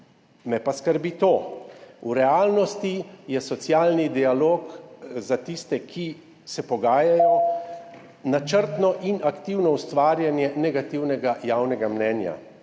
me pa skrbi to: v realnosti je socialni dialog za tiste, ki se pogajajo, načrtno in aktivno ustvarjanje negativnega javnega mnenja.